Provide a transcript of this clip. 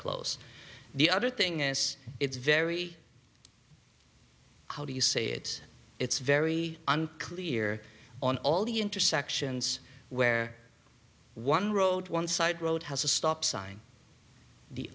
clothes the other thing is it's very how do you say it it's very unclear on all the intersections where one road one side road has a stop sign the